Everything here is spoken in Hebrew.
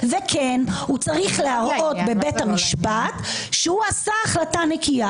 וכן הוא צריך להראות בבית המשפט שהוא עשה החלטה נקייה.